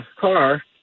car